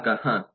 ಗ್ರಾಹಕ ಹಾಂ